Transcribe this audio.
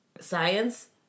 science